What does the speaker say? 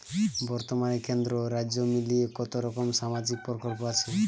বতর্মানে কেন্দ্র ও রাজ্য মিলিয়ে কতরকম সামাজিক প্রকল্প আছে?